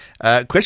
question